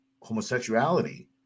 homosexuality